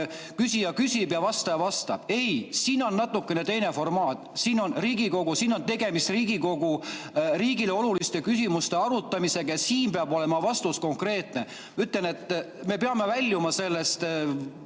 küsija küsib ja vastaja vastab. Ei, siin on natukene teine formaat. Siin on Riigikogu, siin on tegemist riigile oluliste küsimuste arutamisega ja siin peab olema konkreetne vastus. Ütlen, et me peame väljuma sellest